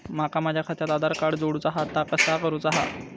माका माझा खात्याक आधार कार्ड जोडूचा हा ता कसा करुचा हा?